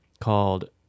called